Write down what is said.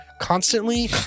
constantly